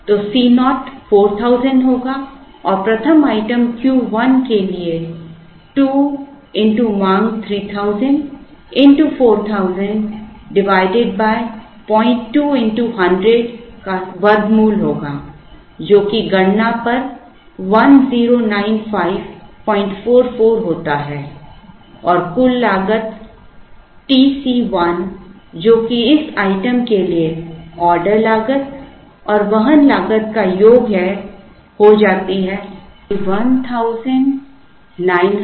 तो C naught 4000 होगा और प्रथम आइटम Q 1 के लिए 2 x मांग 3000 x 4000 02 x 100 का वर्गमूल होगा जो कि गणना पर 109544 होता है और कुल लागत TC1 जो कि इस आइटम के लिए ऑर्डर लागत और वहन लागत का योग है हो जाती है 219089 है